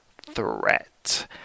threat